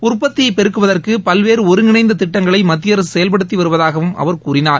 உற்பத்தியை பெருக்குவதற்கு பல்வேறு ஒருங்கிணைந்த திட்டங்களை மத்திய அரசு செயல்படுத்தி வருவதாகவும் அவர் கூறினார்